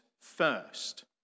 first